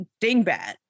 dingbat